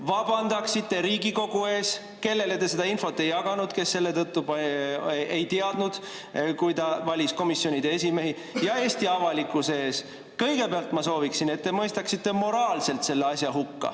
vabandaksite Riigikogu ees, kellele te seda infot ei jaganud, kes selle tõttu ei teadnud, kui ta valis komisjonide esimehi, ja Eesti avalikkuse ees. Kõigepealt ma sooviksin, et te mõistaksite moraalselt selle asja hukka,